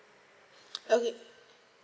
okay